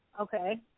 Okay